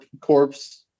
corpse